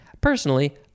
Personally